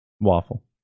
Waffle